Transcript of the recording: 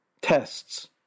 tests